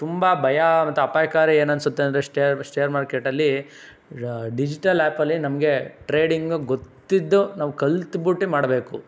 ತುಂಬ ಭಯ ಮತ್ತು ಅಪಾಯಕಾರಿ ಏನನಿಸುತ್ತೆ ಅಂದರೆ ಶೇರ್ ಮಾರ್ಕೆಟಲ್ಲಿ ಡಿಜಿಟಲ್ ಆ್ಯಪಲ್ಲಿ ನಮಗೆ ಟ್ರೇಡಿಂಗು ಗೊತ್ತಿದ್ದು ನಾವು ಕಲ್ತ್ಬುಟ್ಟೆ ಮಾಡಬೇಕು